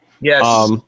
yes